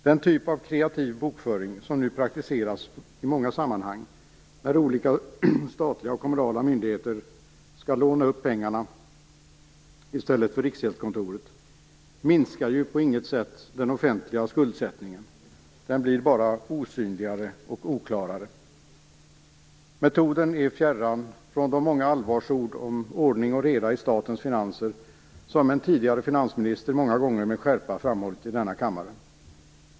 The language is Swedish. Den typ av kreativ bokföring som nu praktiseras i många sammanhang, när olika statliga och kommunala myndigheter skall låna pengarna i stället för Riksgäldskontoret, minskar ju på inget sätt den offentliga skuldsättningen - den blir bara osynligare och oklarare. Metoden är fjärran från de många allvarsord om ordning och reda i statens finanser som en tidigare finansministerns många gånger med skärpa framhållit i denna kammare.